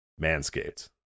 manscaped